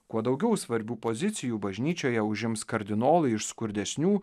kuo daugiau svarbių pozicijų bažnyčioje užims kardinolai iš skurdesnių